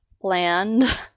bland